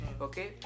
okay